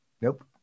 Nope